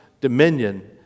dominion